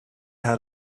how